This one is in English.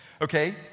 okay